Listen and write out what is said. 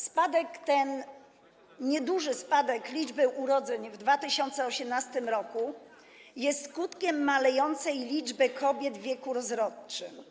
Spadek ten, nieduży spadek liczby urodzeń w 2018 r. jest skutkiem malejącej liczby kobiet w wieku rozrodczym.